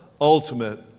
ultimate